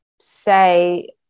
say